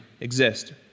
exist